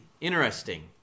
interesting